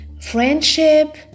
friendship